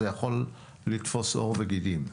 זה יכול לקרום עור וגידים.